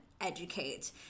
educate